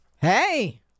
Hey